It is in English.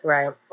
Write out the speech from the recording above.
Right